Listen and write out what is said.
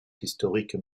historiques